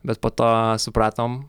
bet po to supratom